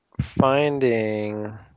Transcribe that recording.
finding –